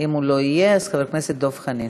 אם הוא לא יהיה, חבר הכנסת דב חנין.